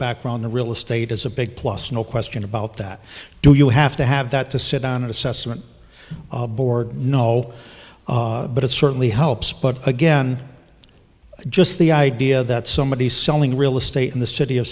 back on the real estate is a big plus no question about that do you have to have that to sit on an assessment board no but it certainly helps but again just the idea that somebody's selling real estate in the city of